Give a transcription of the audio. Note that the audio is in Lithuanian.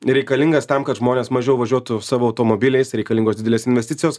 reikalingas tam kad žmonės mažiau važiuotų savo automobiliais reikalingos didelės investicijos